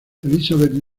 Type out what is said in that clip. elizabeth